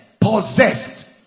Possessed